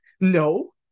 No